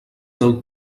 del